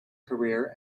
career